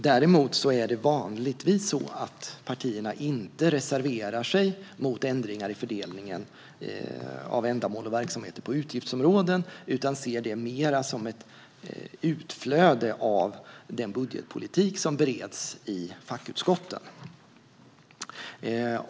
Däremot är det vanligtvis så att partierna inte reserverar sig mot ändringar i fördelningen av ändamål och verksamheter på utgiftsområden, utan ser det mer som ett utflöde av den budgetpolitik som bereds i fackutskotten.